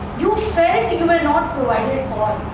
you were not provided for